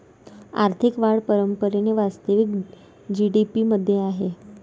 आर्थिक वाढ परंपरेने वास्तविक जी.डी.पी मध्ये आहे